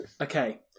Okay